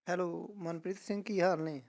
hello Manpreet Singh ਕੀ ਹਾਲ ਨੇ